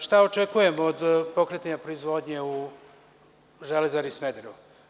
Šta očekujemo od pokretanja proizvodnje u Železari Smederevo?